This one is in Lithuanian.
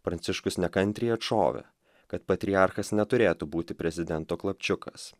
pranciškus nekantriai atšovė kad patriarchas neturėtų būti prezidento klapčiukas